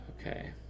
Okay